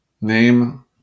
name